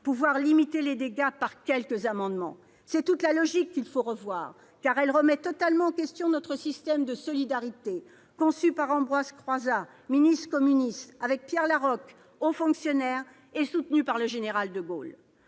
de limiter les dégâts par quelques amendements. C'est toute la logique de ce projet qu'il faut revoir, car elle remet totalement en question notre système de solidarité, conçu par Ambroise Croizat, ministre communiste, et Pierre Laroque, haut fonctionnaire, et soutenu par le général de Gaulle.